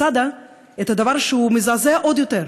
צדה דבר שמזעזע עוד יותר,